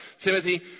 Timothy